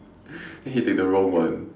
then he take the wrong one